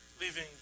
Leaving